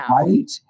Right